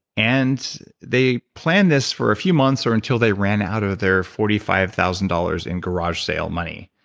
and they planned this for a few months, or until they ran out of their forty five thousand dollars in garage sale money.